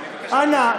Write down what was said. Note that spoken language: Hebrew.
אנא,